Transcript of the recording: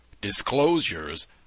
disclosures